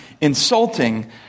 insulting